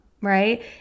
right